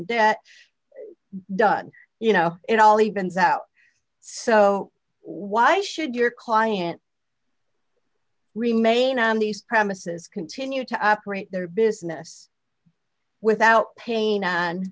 debt does you know it all evens out so why should your client remain on the premises continue to operate their business without pain